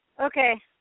Okay